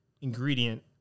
ingredient